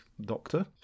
doctor